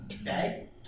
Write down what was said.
Okay